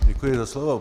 Děkuji za slovo.